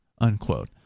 unquote